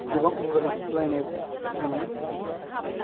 गोबां गोरोबलायनाय मोन्नो हायो